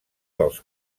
dels